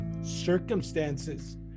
circumstances